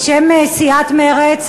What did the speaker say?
בשם סיעת מרצ,